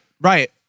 Right